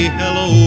hello